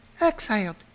Exiled